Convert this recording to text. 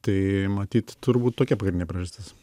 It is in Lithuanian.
tai matyt turbūt tokia pagrindinė priežastis